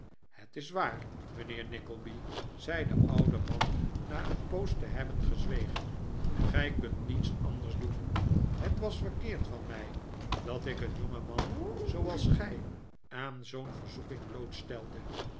het is waar mijnheer nickleby zei de oude man na een poos te hebben gezwegen gii kunt niets anders doen het was verkeerd van mij dat ik een jongeman zooals gij aan zoo'n verzoeking